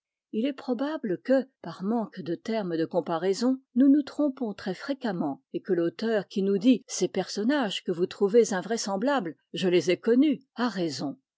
il est probable que par manque de termes de comparaison nous nous trompons très fréquemment et que l'auteur qui nous dit ces personnages que vous trouvez invraisemblables je les ai connus a raison